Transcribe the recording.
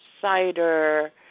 cider